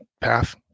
path